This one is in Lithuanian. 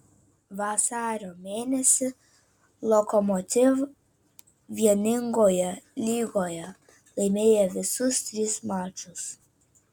vasario mėnesį lokomotiv vieningoje lygoje laimėjo visus tris mačus